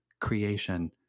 creation